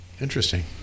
interesting